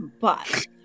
but-